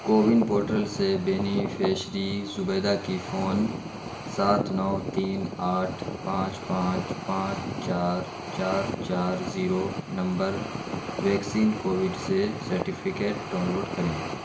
CoWIN portal سے beneficiary Zubaida کی phone سات نو تین آٹھ پانچ پانچ پانچ چار چار چار زیرو نمبر ویکسین کووڈ سے سرٹیفکیٹ ڈاؤن لوڈ کریں